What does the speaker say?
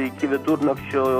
iki vidurnakčio